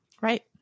Right